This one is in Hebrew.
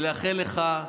ולאחל לך,